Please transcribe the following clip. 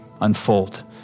unfold